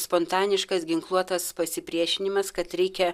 spontaniškas ginkluotas pasipriešinimas kad reikia